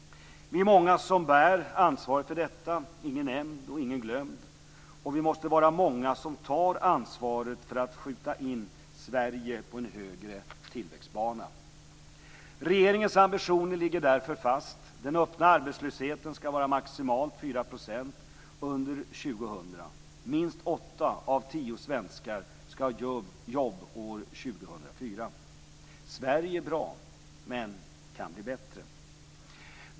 Vi är många som bär ansvaret för detta - ingen nämnd och ingen glömd. Vi måste också vara många som tar ansvaret för att skjuta in Sverige på en högre tillväxtbana. Regeringens ambitioner ligger därför fast: Den öppna arbetslösheten skall vara maximalt 4 % under år 2000. Minst åtta av tio svenskar skall ha jobb år Sverige är bra - men kan bli bättre.